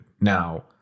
Now